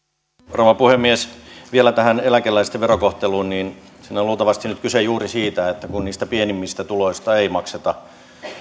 rouva puhemies vielä tähän eläkeläisten verokohteluun siinä on luultavasti nyt kyse juuri siitä että kun niistä pienimmistä tuloista ei makseta